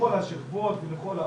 לכל השכבות ולכל האוכלוסיות.